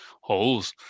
holes